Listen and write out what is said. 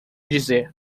dizer